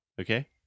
okay